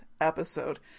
episode